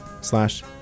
slash